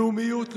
לאומיות.